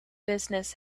business